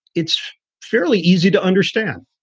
it's fairly easy to understand.